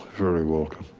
very welcome.